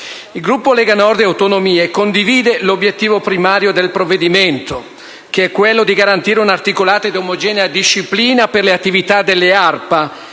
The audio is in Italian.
Il gruppo Lega Nord e Autonomie condivide l'obiettivo primario del provvedimento in esame, che è quello di garantire un'articolata ed omogenea disciplina per le attività delle ARPA